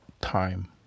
time